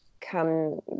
come